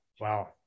Wow